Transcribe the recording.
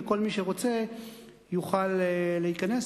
ולא כל מי שרוצה יוכל להיכנס.